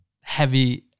heavy